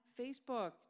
Facebook